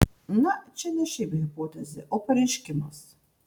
na čia ne šiaip hipotezė o pareiškimas